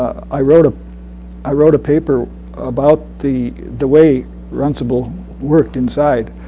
i wrote ah i wrote a paper about the the way runcible worked inside,